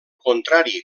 contrari